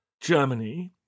Germany